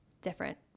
different